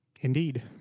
Indeed